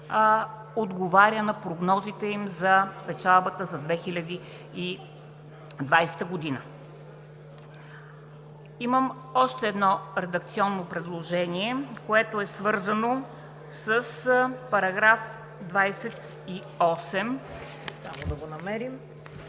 отговаря на прогнозите им за печалбата за 2020 г. Имам още едно редакционно предложение, което е свързано с § 28.